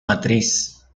matriz